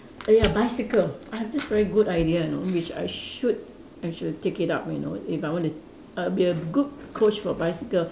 !aiya! bicycle I have this very good idea you know which I should I should take it up you know if I want to I'll be a good Coach for bicycle